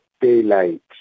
daylight